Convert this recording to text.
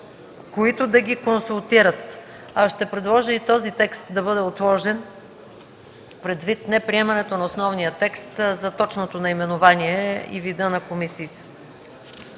които да ги консултират.” Ще предложа и този текст да бъде отложен, предвид неприемането на основния текст за точното наименование и вида на комисиите.